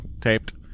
taped